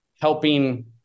helping